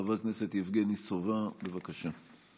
חבר הכנסת יבגני סובה, בבקשה.